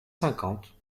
cinquante